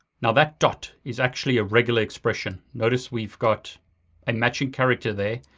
now that dot is actually a regular expression. notice we've got a matching character there.